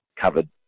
covered